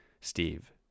Steve